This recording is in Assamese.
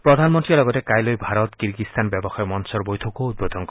প্ৰধানমন্ত্ৰীয়ে লগতে কাইলৈ ভাৰত কিৰ্গিস্তান ব্যৱসায়ী মঞ্চৰ বৈঠকো উদ্বোধন কৰিব